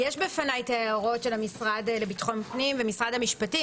יש בפניי את ההערות של המשרד לביטחון הפנים ומשרד המשפטים,